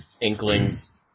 Inkling's